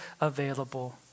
available